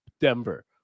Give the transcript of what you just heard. Denver